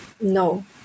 no